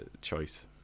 choice